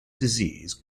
disease